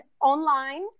online